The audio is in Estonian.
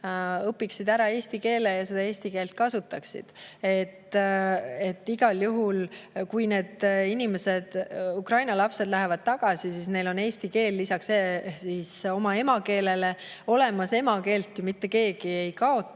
õpiksid ära eesti keele ja eesti keelt kasutaksid. Igal juhul, kui need inimesed, Ukraina lapsed lähevad tagasi, siis neil on lisaks oma emakeelele – emakeelt ju mitte keegi ei kaota